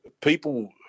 people